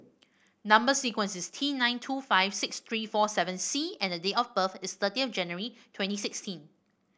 number sequence is T nine two five six three four seven C and the date of birth is thirty of January twenty sixteen